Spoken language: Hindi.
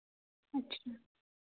अच्छा